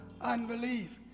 unbelief